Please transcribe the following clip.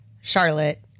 Charlotte